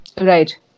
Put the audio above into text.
Right